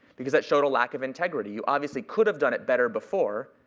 because that showed a lack of integrity. you obviously could have done it better before.